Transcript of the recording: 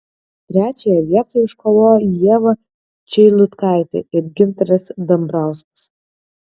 trečiąją vietą iškovojo ieva čeilutkaitė ir gintaras dambrauskas